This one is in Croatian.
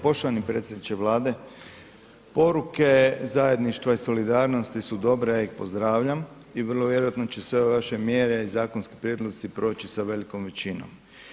Poštovani predsjedniče Vlade, poruke zajedništva i solidarnosti su dobre, ja ih pozdravljam i vrlo vjerojatno će se ove vaše mjere i zakonski prijedlozi proći sa velikom većinom.